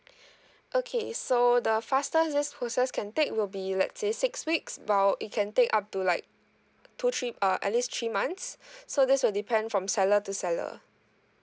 okay so the fastest this process can take will be let's say six weeks while it can take up to like two three uh at least three months so this will depend from seller to seller